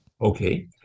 Okay